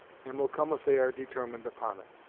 and will come if they are determined upon it.